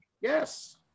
Yes